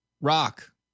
Rock